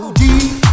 deep